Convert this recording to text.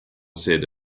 said